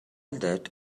that